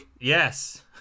Yes